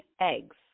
eggs